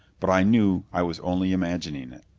but i knew i was only imagining it.